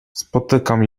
spotykam